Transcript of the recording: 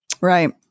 Right